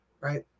right